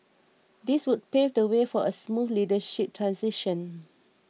this would pave the way for a smooth leadership transition